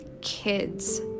Kids